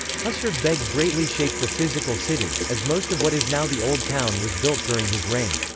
husrev-beg greatly shaped the physical city, as most of what is now the old town was built during his reign.